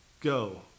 Go